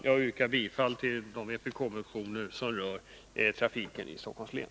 Jag yrkar bifall till de vpk-motioner som rör trafiken i Stockholms län.